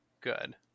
good